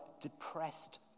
depressed